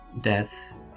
death